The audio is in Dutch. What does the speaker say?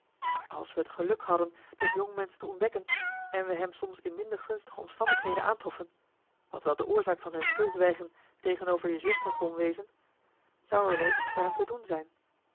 als we het geluk hadden dat jongmensch te ontdekken en we hem soms in minder gunstige omstandigheden aantroffen wat wel de oorzaak van zijn stilzwijgen tegenover je zuster kon wezen zou er wel iets voor hem te doen zijn